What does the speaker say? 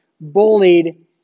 bullied